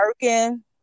working